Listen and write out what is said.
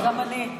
גם אני.